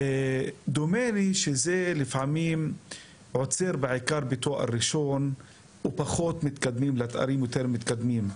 דומני שזה לפעמים עוצר בעיקר בתואר ראשון ופחות בתארים יותר מתקדמים.